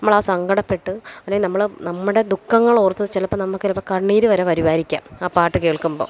നമ്മളാ സങ്കടപ്പെട്ട് അല്ലെ നമ്മൾ നമ്മുടെ ദുഖങ്ങളോർത്ത് ചിലപ്പം നമുക്ക് ചിലപ്പം കണ്ണീർ വരെ വരുവായിരിക്കാം ആ പാട്ട് കേൾക്കുമ്പം